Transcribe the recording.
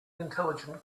intelligent